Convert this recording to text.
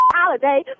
holiday